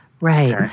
Right